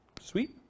Sweet